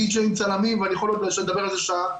דיג'יאים וספקים ואני יכול לדבר על זה עוד שעה.